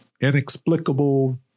inexplicable